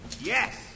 Yes